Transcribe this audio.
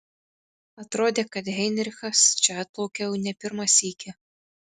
atrodė kad heinrichas čia atplaukia jau ne pirmą sykį